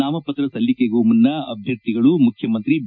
ನಾಮಪತ್ರ ಸಲ್ಲಿಕೆಗೂ ಮುನ್ನ ಅಭ್ಯರ್ಥಿಗಳು ಮುಖ್ನಮಂತ್ರಿ ಬಿ